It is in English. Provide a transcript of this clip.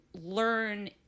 learn